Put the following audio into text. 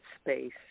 space